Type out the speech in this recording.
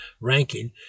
ranking